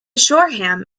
shoreham